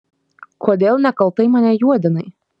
kodėl nekaltai mane juodinai